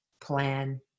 plan